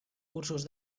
cursos